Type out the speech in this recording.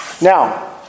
Now